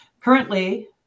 Currently